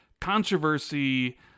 controversy